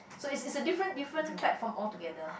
so it's it's a different different platform altogether